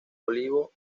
olivo